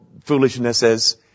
foolishnesses